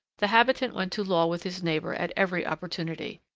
the habitant went to law with his neighbour at every opportunity.